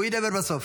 הוא ידבר בסוף.